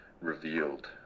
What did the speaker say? revealed